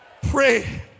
Pray